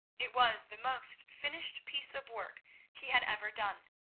it was the most finished piece of work he had ever done,